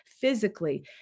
physically